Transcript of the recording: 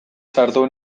sartu